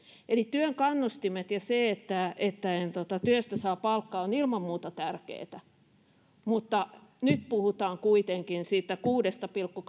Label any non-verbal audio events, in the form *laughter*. eli työn kannustimet ja se että että työstä saa palkkaa ovat ilman muuta tärkeitä asioita mutta nyt tässä teidän omassa esimerkissänne puhutaan kuitenkin siitä kuudesta pilkku *unintelligible*